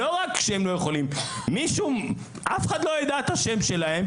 לא רק שהם לא יכולים אף אחד לא יודע את השם שלהם,